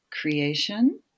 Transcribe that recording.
creation